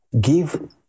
give